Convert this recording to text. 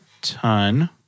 ton